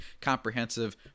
comprehensive